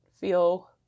feel